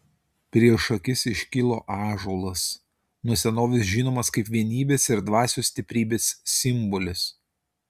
prieš akis iškilo ąžuolas nuo senovės žinomas kaip vienybės ir dvasios stiprybės simbolis